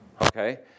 Okay